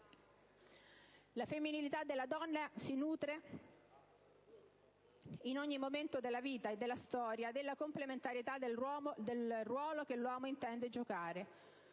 La femminilità della donna si nutre, in ogni momento della vita e della storia, della complementarità del ruolo che l'uomo intende giocare: